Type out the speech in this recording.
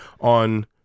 on